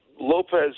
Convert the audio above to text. Lopez